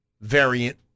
variant